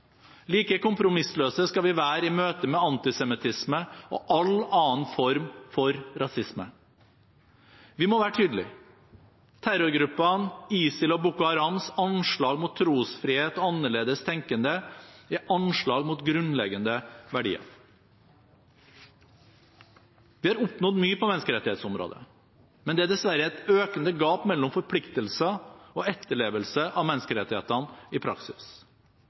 Like kompromissløse skal vi være i møte med antisemittisme og all form for rasisme. Vi må være tydelige: Terrorgruppene ISIL og Boko Harams anslag mot trosfrihet og annerledes tenkende er anslag mot grunnleggende verdier. Vi har oppnådd mye på menneskerettighetsområdet, men det er dessverre et økende gap mellom forpliktelser og etterlevelse av menneskerettighetene i praksis.